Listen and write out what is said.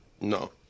No